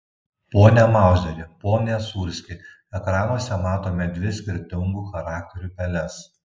pone mauzeri pone sūrski ekranuose matome dvi skirtingų charakterių peles